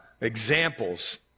examples